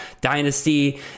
dynasty